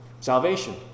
Salvation